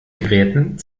gräten